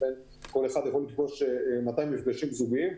שבאירוע כזה כל אחד עשוי לפגוש 200 מפגשים זוגיים.